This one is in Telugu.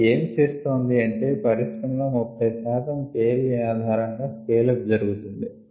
ఇదిఏమిచెప్తోందిఅంటే పరిశ్రమలలో 30శాతం K L a ఆధారం గా స్కెల్ అప్ జరుగుతుంది